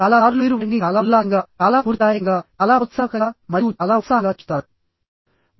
చాలా సార్లు మీరు వారిని చాలా ఉల్లాసంగా చాలా స్ఫూర్తిదాయకంగా చాలా ప్రోత్సాహకరంగా మరియు చాలా ఉత్సాహంగా చూస్తారు